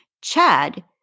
Chad